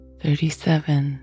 thirty-seven